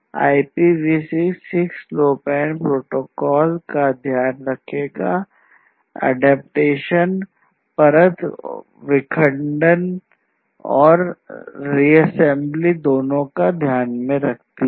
IPv6 6LoWPAN protocol का ध्यान रखेगा एडेप्टेशन परत विखंडन एवं रीअसेंबली दोनों का ध्यान रखती है